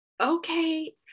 okay